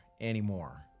anymore